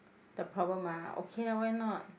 the problem ah okay lah why not